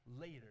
later